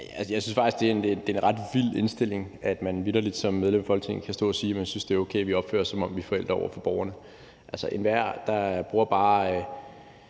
Jeg synes faktisk, det er en ret vild indstilling, at man vitterlig som medlem af Folketinget kan stå og sige, at man synes, det er okay, vi opfører os, som om vi er forældre over for borgerne. Altså, enhver, der bruger bare